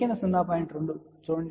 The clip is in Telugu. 2 చూడండి